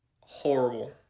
horrible